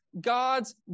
God's